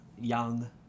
young